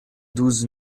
douze